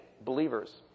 believers